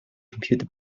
compute